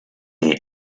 alem